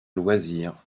loisirs